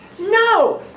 no